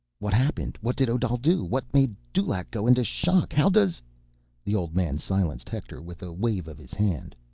what happened? what did odal do? what made dulaq go into shock? how does the old man silenced hector with a wave of his hand,